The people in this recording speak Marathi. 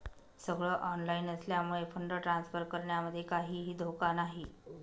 सगळ ऑनलाइन असल्यामुळे फंड ट्रांसफर करण्यामध्ये काहीही धोका नाही